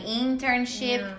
internship